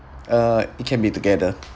uh it can be together